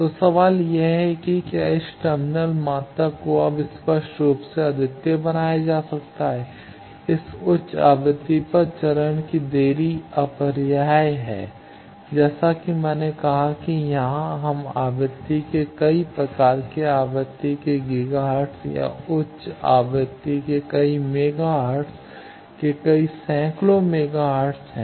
तो सवाल यह है कि क्या इस टर्मिनल मात्रा को अब स्पष्ट रूप से अद्वितीय बनाया जा सकता है इस उच्च आवृत्ति पर चरण की देरी अपरिहार्य है जैसा कि मैंने कहा कि यहाँ हम आवृत्ति के कई प्रकार के आवृत्ति के गीगाहर्ट्ज़ या उच्च आवृत्ति के कई मेगाहर्ट्ज़ से कई सैकड़ों मेगाहर्ट्ज़ हैं